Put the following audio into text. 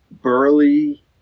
burly